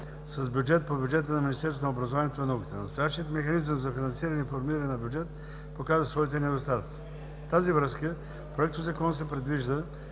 с бюджет по бюджета на Министерството на образованието и науката. Настоящият механизъм за финансиране и формиране на бюджет показа своите недостатъци. В тази връзка в Проектозакона се предвижда